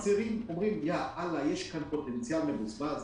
מצהירים ואומרים שיש כאן פוטנציאל מבוזבז,